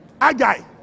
Agai